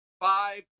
five